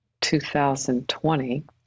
2020